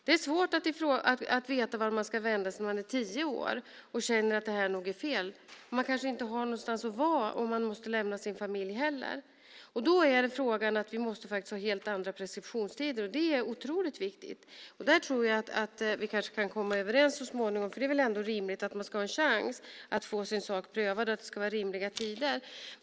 Det är svårt att veta vart man ska vända sig när man är tio år och känner att det här nog är fel. Man kanske inte heller har någonstans att vara om man måste lämna sin familj. Då är det fråga om att vi faktiskt måste ha helt andra preskriptionstider. Det är otroligt viktigt. Där tror jag att vi kanske kan komma överens så småningom. Det är väl ändå rimligt att man ska ha en chans att få sin sak prövad och att det ska vara rimliga tider.